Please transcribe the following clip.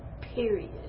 Period